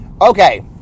Okay